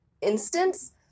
instance